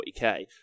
40K